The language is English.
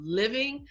living